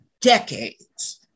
decades